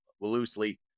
loosely